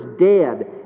dead